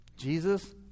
jesus